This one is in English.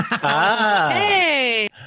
Hey